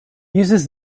uses